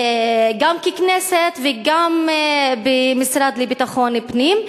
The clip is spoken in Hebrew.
גם ככנסת וגם במשרד לביטחון הפנים,